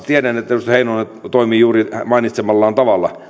tiedän että edustaja heinonen toimii juuri mainitsemallaan tavalla